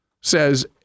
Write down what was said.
says